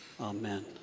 Amen